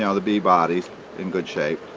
yeah the bee body in good shape